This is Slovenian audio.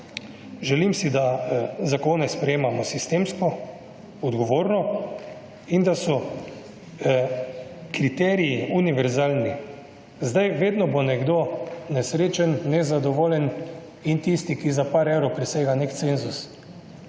Želim si, da zakone sprejemamo sistemsko, odgovorno in da so kriteriji univerzalni. Zdaj vedno bo nekdo nesrečen, nezadovoljen in tisti, ki za par evrov presega nek cenzus.